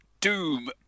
Doom